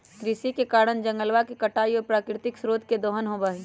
कृषि के कारण जंगलवा के कटाई और प्राकृतिक स्रोत के दोहन होबा हई